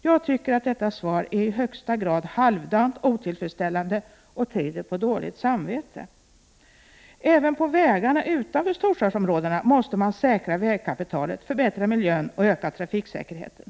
Jag tycker att detta svar är i högsta grad halvdant och otillfredsställande och att det tyder på dåligt samvete. Även på vägarna utanför storstadsområdena måste man säkra vägkapitalet, förbättra miljön och öka trafiksäkerheten.